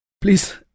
Please